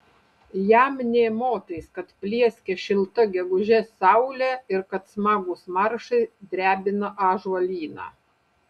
jam nė motais kad plieskia šilta gegužės saulė ir kad smagūs maršai drebina ąžuolyną